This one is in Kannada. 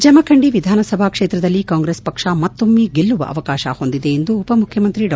ಜಮಖಂಡಿ ವಿಧಾನಸಭಾ ಕ್ಷೇತ್ರದಲ್ಲಿ ಕಾಂಗ್ರೆಸ್ ಪಕ್ಷ ಮತ್ತೊಮ್ಮೆ ಗೆಲ್ಲುವ ಅವಕಾಶ ಹೊಂದಿದೆ ಎಂದು ಉಪಮುಖ್ಯಮಂತ್ರಿ ಡಾ